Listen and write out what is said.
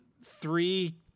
three